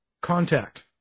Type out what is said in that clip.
contact